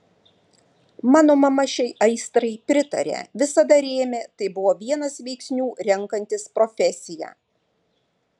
mano mama šiai aistrai pritarė visada rėmė tai buvo vienas veiksnių renkantis profesiją